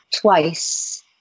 twice